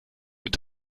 mit